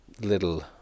little